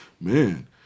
man